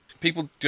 People